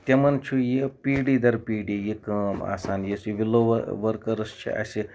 تِمن چھُ یہِ پیٖڈی در پیٖڈی یہِ کٲم آسان یُس یہِ وِلو ؤرکٲرس چھِ اَسہِ